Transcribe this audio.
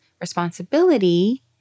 responsibility